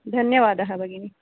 धन्यवादः भगिनी